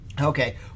okay